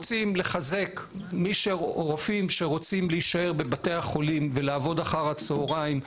רוצים לחזק רופאים שרוצים להישאר בבתי החולים ולעבוד אחר הצוהריים.